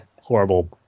horrible